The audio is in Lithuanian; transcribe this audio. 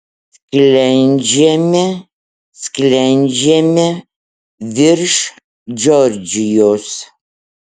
sklendžiame sklendžiame virš džordžijos